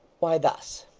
why, thus.